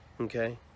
okay